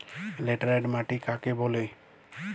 Laterite মাটি কাকে বলে?